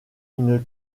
une